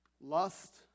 lust